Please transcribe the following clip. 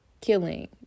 killing